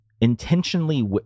intentionally